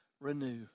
Renew